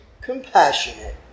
compassionate